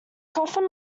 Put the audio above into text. coffin